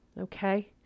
Okay